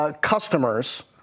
customers